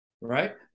right